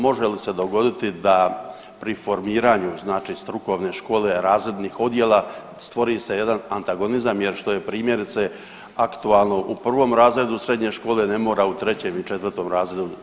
Može li se dogoditi da pri formiranju, znači strukovne škole razrednih odjela stvori se jedan antagonizam jer što je primjerice aktualno u prvom razredu srednje škole ne mora u trećem i četvrtom razredu.